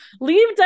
leave